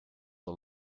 are